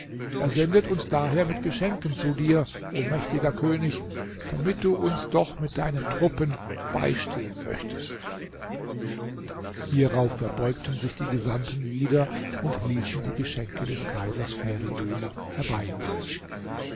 er sendet uns daher mit geschenken zu dir o mächtiger könig damit du uns doch mit deinen truppen beistehen möchtest hierauf verbeugten sich die gesandten wieder und ließen die geschenke des kaisers feridun herbeiholen